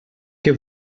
què